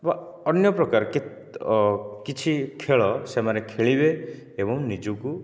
ବା ଅନ୍ୟ ପ୍ରକାର କେ କିଛି ଖେଳ ସେମାନେ ଖେଳିବେ ଏବଂ ନିଜକୁ